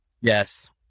Yes